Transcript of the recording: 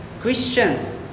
Christians